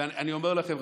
ואני אומר לכם,